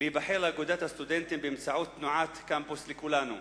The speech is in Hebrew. להיבחר לאגודת הסטודנטים באמצעות תנועת 'קמפוס לכולנו'.